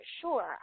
sure